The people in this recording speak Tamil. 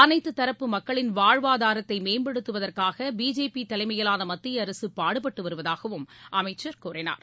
அனைத்து தரப்பு மக்களின் வாழ்வாதாரத்தை மேம்படுத்துவதற்காக பிஜேபி தலைமையிலான மத்திய அரசு பாடுபட்டு வருவதாகவும் அமைச்சர் கூறினார்